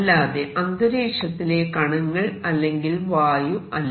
അല്ലാതെ അന്തരീക്ഷത്തിലെ കണങ്ങൾ അല്ലെങ്കിൽ വായു അല്ല